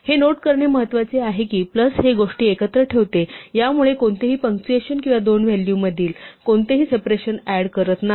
हे नोट करणे महत्वाचे आहे की प्लस हे गोष्टी एकत्र ठेवते यामुळे कोणतेही पंक्चुएशन किंवा दोन व्हॅलू मधील कोणतेही सेपरेशन ऍड करत नाही